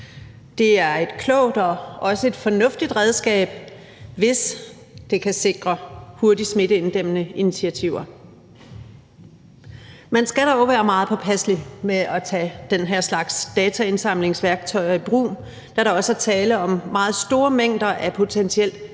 Det er et klogt og også et fornuftigt redskab, hvis det kan sikre hurtige smitteinddæmmende initiativer. Man skal dog være meget påpasselig med at tage den her slags dataindsamlingsværktøjer i brug, da der også er tale om meget store mængder af potentielt